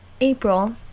April